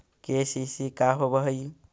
KCC का होव हइ?